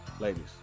Ladies